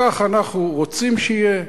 ככה אנחנו רוצים שיהיה,